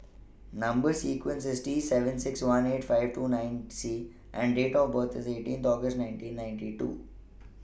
Number sequence IS T seven six one eight five two nine C and Date of birth IS eighteenth August nineteen ninety two